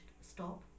stop